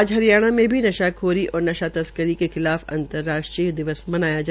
आज हरियाणा में भी नशा खोरी और नशा तस्करी के खिलाफ अंतर्राष्ट्रीय दिवस मनाया गया